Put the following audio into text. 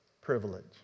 privilege